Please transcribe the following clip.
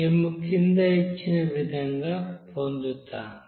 మేము క్రింద ఇచ్చిన విధంగా పొందుతాము